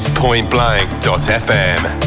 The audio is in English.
pointblank.fm